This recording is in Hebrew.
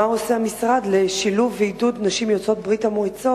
6. מה עושה המשרד לשילוב ועידוד נשים יוצאות ברית-המועצות